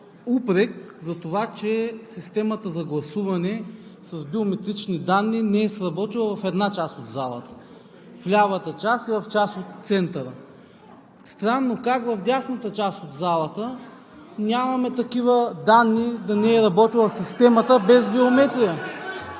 упрек затова, че системата за гласуване с биометрични данни не е сработила в една част от залата – в лявата част и в част от центъра. Странно как в дясната част от залата нямаме такива данни да не е работила системата без биометрия?!